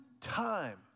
time